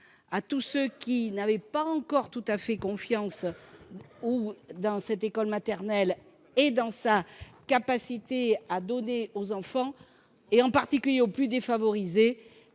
à tous ceux qui n'ont pas encore tout à fait confiance en l'école maternelle, en sa capacité à donner aux enfants, en particulier aux plus défavorisés